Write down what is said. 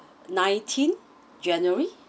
nineteen january